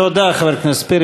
תודה, חבר הכנסת פרי.